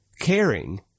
caring